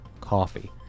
coffee